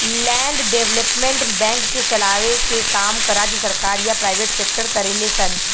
land development bank के चलाए के काम राज्य सरकार या प्राइवेट सेक्टर करेले सन